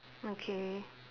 okay